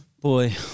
Boy